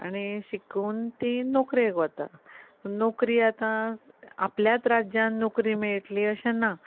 आनी शिकून ती नोकरेक वता नोकरी आतां आपल्याच राज्यांत नोकरी मेळटली अशें ना